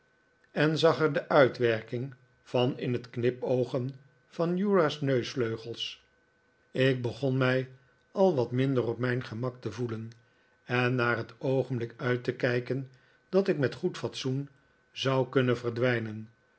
en zag er de uitwerking van in het knipoogen van uriah's neusvleugels ik begon mij al wat minder op mijn gemak te voelen en naar het oogenblik uit te kijken dat ik met goed fatsoen zou kunnen verdwijnen